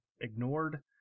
ignored